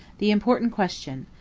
the important question,